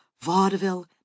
vaudeville